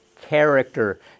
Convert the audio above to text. character